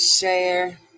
share